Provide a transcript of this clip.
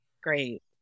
Great